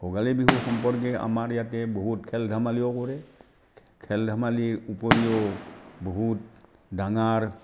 ভোগালী বিহু সম্পৰ্কে আমাৰ ইয়াতে বহহুত খেল ধেমালিও কৰে খেল ধেমালিও উপৰিও বহুত ডাঙৰ